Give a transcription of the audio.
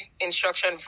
instruction